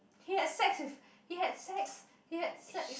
he had sex with he had sex he had sex